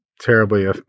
terribly